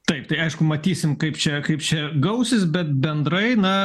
taip tai aišku matysim kaip čia kaip čia gausis bet bendrai na